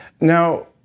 Now